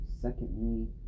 secondly